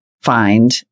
find